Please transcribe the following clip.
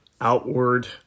outward